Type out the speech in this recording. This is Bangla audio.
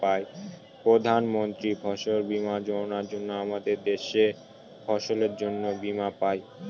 প্রধান মন্ত্রী ফসল বীমা যোজনার জন্য আমাদের দেশের ফসলের জন্যে বীমা পাই